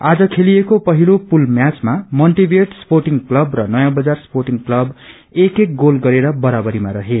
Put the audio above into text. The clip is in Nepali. आज खेलिएको पहिलो पूल म्याचमा मन्टिभियट स्पोर्टिंग क्लब र नयाँ बजार स्पोर्टिंग क्लब एक एक गोल गरेर बराबरीमा रहे